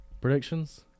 predictions